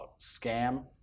scam